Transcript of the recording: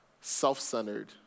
self-centered